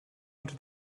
els